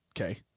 Okay